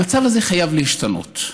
המצב הזה חייב להשתנות.